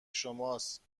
شماست